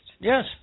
Yes